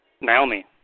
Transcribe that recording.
Naomi